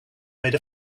made